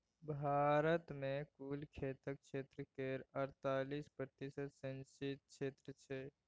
भारत मे कुल खेतक क्षेत्र केर अड़तालीस प्रतिशत सिंचित क्षेत्र छै